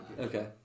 okay